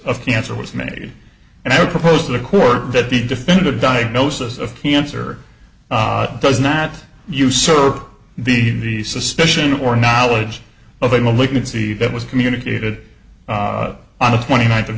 of cancer was made and i would propose to the court that the definitive diagnosis of cancer does not usurp the the suspicion or knowledge of a malignancy that was communicated on the twenty ninth of